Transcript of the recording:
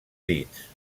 dits